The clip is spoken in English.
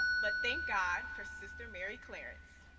but thank god for sister mary clarence.